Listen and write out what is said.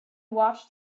watched